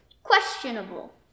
Questionable